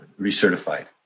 recertified